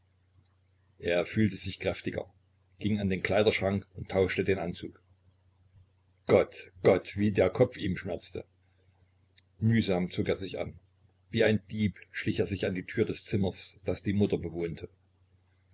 er fühlte sich kräftiger ging an den kleiderschrank und tauschte den anzug gott gott wie der kopf ihm schmerzte mühsam zog er sich an wie ein dieb schlich er sich an die tür des zimmers das die mutter bewohnte